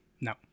No